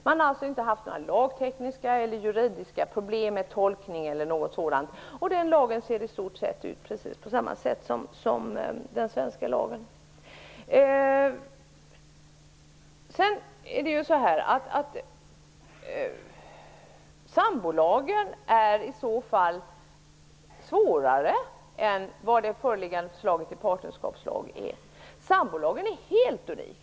Man har inte haft några lagtekniska eller juridiska problem med tolkningen eller någonting sådant, och den lagen ser ut i stort sett på samma sätt som det svenska lagförslaget. I så fall är det svårare med sambolagen än med det föreliggande förslaget till partnerskapslag. Sambolagen är helt unik.